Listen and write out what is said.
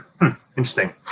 Interesting